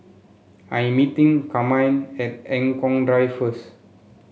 I am meeting Carmine at Eng Kong Drive first